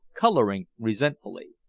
coloring resentfully.